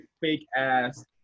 fake-ass